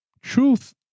truth